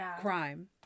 crime